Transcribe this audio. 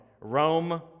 Rome